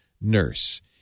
nurse